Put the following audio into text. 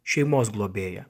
šeimos globėją